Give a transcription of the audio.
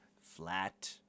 flat